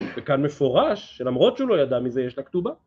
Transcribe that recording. וכאן מפורש שלמרות שהוא לא ידע מזה יש לה כתובה